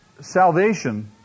salvation